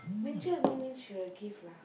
Ming Qiao if me means she will give lah